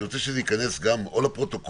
אני רוצה שזה ייכנס או לפרוטוקול,